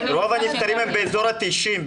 רוב הנפטרים הם באזור ה-90,